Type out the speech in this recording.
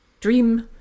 dream